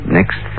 Next